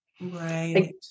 right